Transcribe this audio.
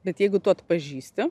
bet jeigu tu atpažįsti